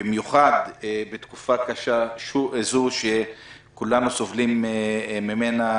במיוחד בתקופה קשה זו שכולנו סובלים ממנה,